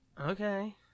okay